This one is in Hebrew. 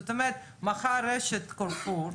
זאת אומרת מחר יש את 'קרפור',